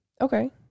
Okay